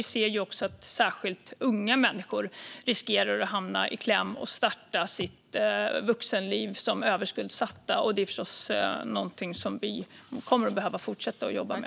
Vi ser också att särskilt unga människor riskerar att hamna i kläm och starta sitt vuxenliv som överskuldsatta. Det är förstås någonting som vi kommer att behöva fortsätta att jobba med.